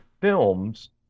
films